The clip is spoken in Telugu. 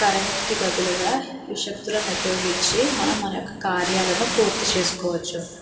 కరెంట్కి బదులుగా ఈ శక్తులను ఉపయోగించి మనం మన యొక్క కార్యాలను పూర్తి చేసుకోవచ్చు